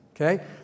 okay